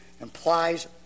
implies